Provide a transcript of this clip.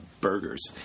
Burgers